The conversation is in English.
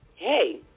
Hey